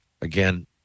again